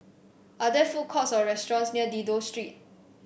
are there food courts or restaurants near Dido Street